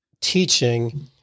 teaching